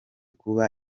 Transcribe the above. kuba